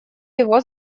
его